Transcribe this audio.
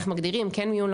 איך מגדירים כן מיון,